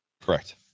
Correct